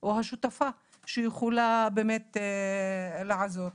או השותפה שיכולה באמת לעזור.